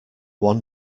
one